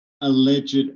alleged